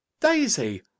Daisy